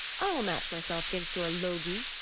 i will match myself against your logi.